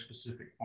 specific